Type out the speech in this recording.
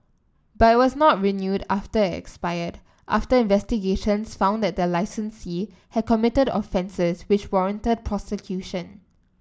but it was not renewed after it expired after investigations found that the licensee had committed offences which warranted prosecution